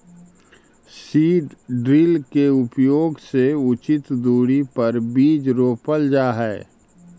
seed drill के उपयोग से उचित दूरी पर बीज रोपल जा हई